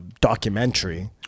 documentary